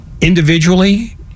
individually